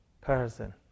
person